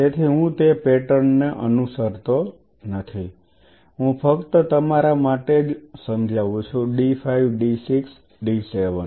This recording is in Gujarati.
તેથી હું તે પેટર્ન ને અનુસરતો નથી હું ફક્ત તમારા માટે જ સમજાવું d 5 d 6 d 7 છું